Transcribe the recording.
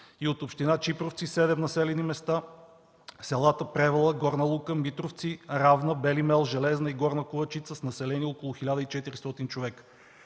- от община Чипровци – седем населени места: селата Превала, Горна лука, Митровци, Равна, Бели мел, Железна и Горна Ковачица, с население около 1400 човека.